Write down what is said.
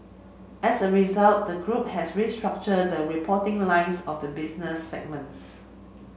as a result the group has restructured the reporting lines of the business segments